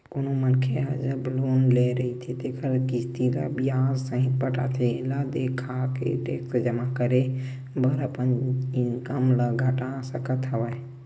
कोनो मनखे ह जब लोन ले रहिथे तेखर किस्ती ल बियाज सहित पटाथे एला देखाके टेक्स जमा करे बर अपन इनकम ल घटा सकत हवय